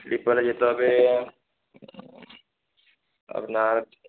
স্লিপারে যেতে হবে আপনার